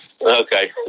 okay